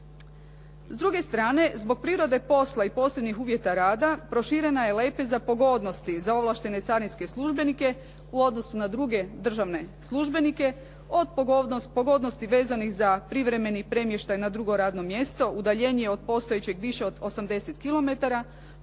S druge strane, zbog prirode posla i posebnih uvjeta rada proširena je lepeza pogodnosti za ovlaštene carinske službenike u odnosu na druge državne službenike od pogodnosti vezanih za privremeni premještaj na drugo mjesto, udaljenje od postojećeg više od 80